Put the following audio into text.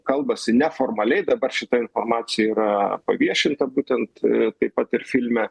kalbasi ne formaliai dabar šita informacija yra paviešinta būtent taip pat ir filme